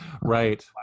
Right